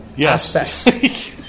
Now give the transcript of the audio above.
aspects